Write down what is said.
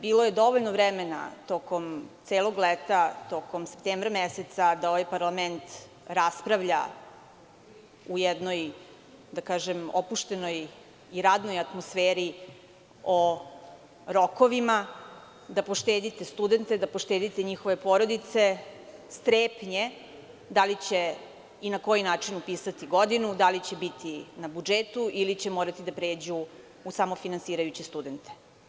Bilo je dovoljno vremena tokom celog leta, tokom septembra meseca da ovaj parlament raspravlja u jednoj opuštenoj i radnoj atmosferi o rokovima, da poštedite studente, da poštedite njihove porodice strepnje da li će i na koji način upisati godinu, da li će biti na budžetu ili će morati da pređu u samofinansirajuće studente.